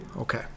Okay